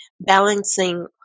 balancing